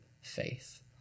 faith